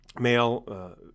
male